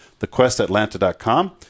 thequestatlanta.com